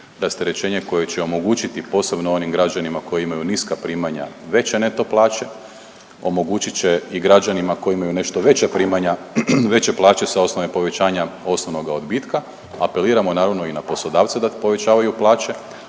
rasterećenje koje će omogućiti posebno onim građanima koji imaju niska primanja veće neto plaće, omogućit će i građanima koji imaju nešto veća primanja, veće plaće sa osnove povećanja osnovnoga odbitka apeliramo naravno i na poslodavce da povećavaju plaće.